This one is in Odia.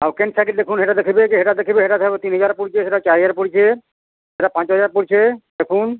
ଆଉ କେନ୍ ସାଇକେଲ୍ ଦେଖୁନ୍ ଏଇଟା ଦେଖିବେ କେ ହେଇଟା ଦେଖିବେ ସେଇଟା ସବୁ ତିନ୍ ହଜାର୍ ପଡ଼ୁଛି ହେଟା ଚାର୍ ହଜାର୍ ପଡ଼ୁଛେ ହେଟା ପାଞ୍ଚ ହଜାର୍ ପଡ଼ୁଛେ ଦେଖୁନ୍